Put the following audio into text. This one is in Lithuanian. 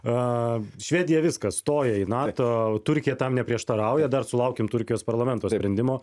a švedija viskas stoja į nato turkija tam neprieštarauja dar sulaukėm turkijos parlamento sprendimo